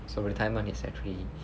so retirement is actually